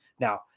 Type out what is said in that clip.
Now